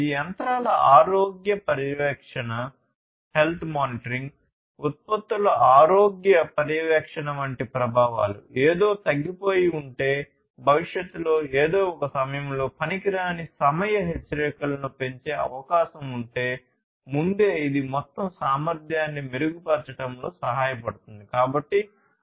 ఈ యంత్రాల ఆరోగ్య పర్యవేక్షణ ఉత్పత్తుల ఆరోగ్య పర్యవేక్షణ వంటి ప్రభావాలు ఏదో తగ్గిపోయి ఉంటే భవిష్యత్తులో ఏదో ఒక సమయంలో పనికిరాని సమయ హెచ్చరికలను పెంచే అవకాశం ఉంటే ముందే ఇది మొత్తం సామర్థ్యాన్ని మెరుగుపరచడంలో సహాయపడుతుంది